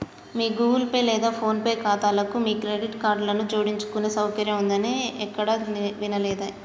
మీ Google Pay లేదా PhonePe ఖాతాలకు మీ క్రెడిట్ కార్డులను జోడించుకునే సౌకర్యం ఉందని ఎక్కడా వినలేదే